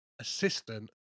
assistant